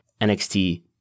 NXT